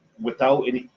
without any,